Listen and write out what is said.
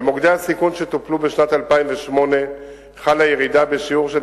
במוקדי הסיכון שטופלו בשנת 2008 חלה ירידה בשיעור של